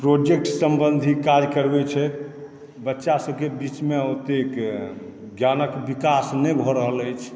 project सम्बन्धी काज करबै छै बच्चा सभके बीचमे ओतेक ज्ञानके विकास नहि भऽ रहल अछि